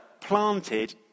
planted